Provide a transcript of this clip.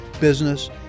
business